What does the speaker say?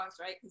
right